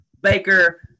Baker